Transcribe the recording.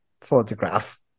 Photograph